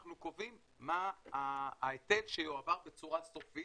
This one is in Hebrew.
קובעים מה ההיטל שיועבר בצורה סופית.